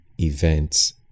events